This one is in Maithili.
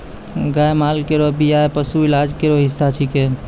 गाय माल केरो बियान पशु इलाज केरो हिस्सा छिकै